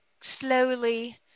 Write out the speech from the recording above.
slowly